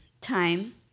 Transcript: time